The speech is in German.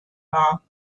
war